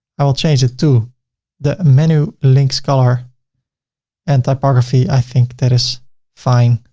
i will change it to the menu, links, color and typography, i think that it's fine.